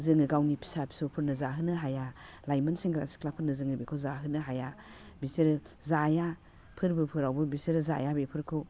जोङो गावनि फिसा फिसौफोरनो जाहोनो हाया लाइमोन सेंग्रा सिख्लाफोरनो जोङो बेखौ जाहोनो हाया बिसोरो जाया फोरबोफोरावबो बेसोरो जाया बेफोरखौ